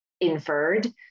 inferred